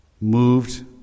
moved